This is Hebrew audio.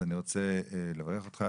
אני רוצה לברך אותך,